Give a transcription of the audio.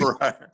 right